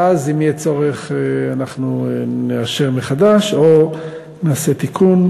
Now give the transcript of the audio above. ואז, אם יהיה צורך, נאשר מחדש או נעשה תיקון.